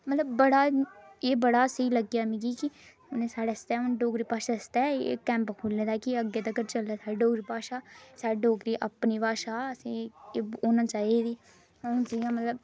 मतलब बड़ा एह् बड़ा स्हेई लग्गेआ मिगी कि उ'नें साढ़े आस्तै डोगरी भाषा आस्तै एह् कैंप खुह्ल्ले दा कि अग्गें तक्कर चले साढ़ी डोगरी भाषा साढ़ी डोगरी अपनी भाषा असें होना चाहिदी हून जि'यां मतलब